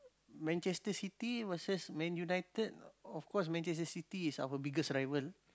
Manchester-City versus man-united of course Manchester-City is our biggest rival